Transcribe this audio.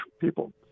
people